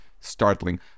startling